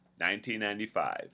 1995